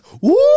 Woo